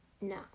No